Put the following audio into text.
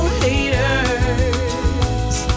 haters